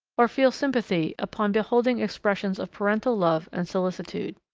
or feel sympathy upon beholding expressions of parental love and solicitude.